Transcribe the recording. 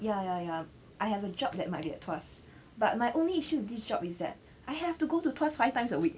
ya ya ya I have a job that might be at tuas but my only issue with job is that I have to go to tuas five times a week